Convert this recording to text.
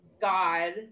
God